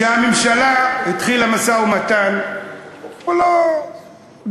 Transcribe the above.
כשהממשלה התחילה משא-ומתן הוא לא,